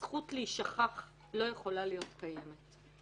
הזכות להישכח לא יכולה להיות קיימת.